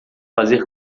fazer